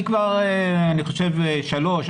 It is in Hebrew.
אני חושב שכבר שלוש,